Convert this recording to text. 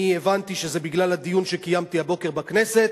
אני הבנתי שזה בגלל הדיון שקיימתי הבוקר בכנסת,